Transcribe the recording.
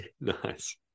nice